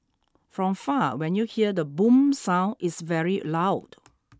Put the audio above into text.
from far when you hear the boom sound it's very loud